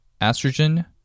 estrogen